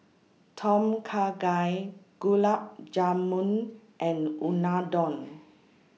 Tom Kha Gai Gulab Jamun and Unadon